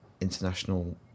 international